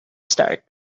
start